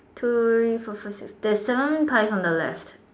two three four five six there's seven pies on the left